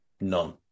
None